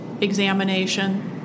examination